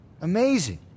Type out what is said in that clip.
Amazing